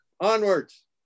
Onwards